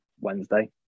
Wednesday